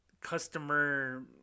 customer